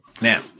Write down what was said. Now